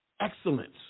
Excellence